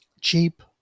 cheap